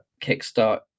kickstart